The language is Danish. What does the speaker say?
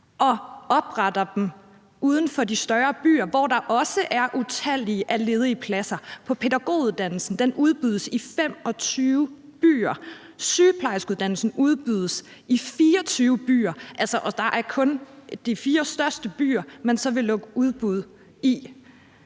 og opretter dem uden for de større byer, hvor der også er utallige ledige pladser. Pædagoguddannelsen udbydes i 25 byer, sygeplejerskeuddannelsen udbydes i 24 byer, og det er kun i de fire største byer, man så vil lukke udbud.